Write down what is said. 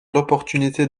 l’opportunité